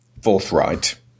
forthright